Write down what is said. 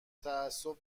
تعصب